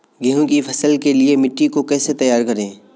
गेहूँ की फसल के लिए मिट्टी को कैसे तैयार करें?